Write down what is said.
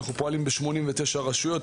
אנחנו פועלים ב-89 רשויות,